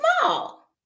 small